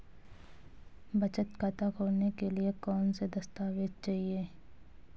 बचत खाता खोलने के लिए कौनसे दस्तावेज़ चाहिए?